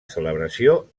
celebració